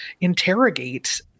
interrogate